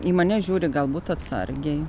į mane žiūri galbūt atsargiai